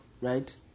Right